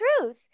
truth